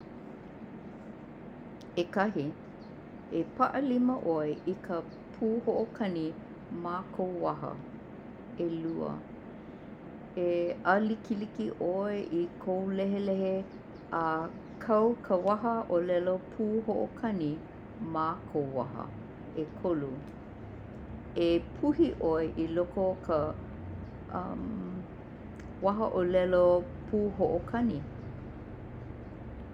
ʻEkahi :E paʻa lima ʻoe i ka pū hoʻokani ma kou wahaʻ ʻElua: E ʻalikiliki ʻoe i kou lehelehe a kau ka waha ʻolelo pu hoʻokani ma kou waha ʻEkolu:E puhi ʻoe i loko o ka waha ʻolelo pū hoʻokani